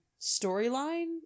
storyline